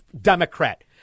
Democrat